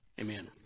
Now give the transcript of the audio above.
Amen